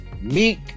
Meek